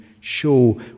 show